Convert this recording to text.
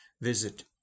visit